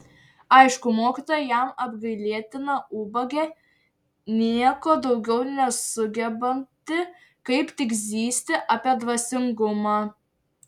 aišku mokytoja jam apgailėtina ubagė nieko daugiau nesugebanti kaip tik zyzti apie dvasingumą